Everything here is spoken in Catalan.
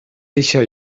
eixa